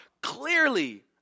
clearly